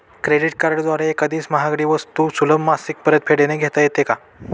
Credit कार्डद्वारे एखादी महागडी वस्तू सुलभ मासिक परतफेडने घेता येते का?